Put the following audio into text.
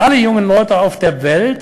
ועל יסוד מדיניות ה-no violence,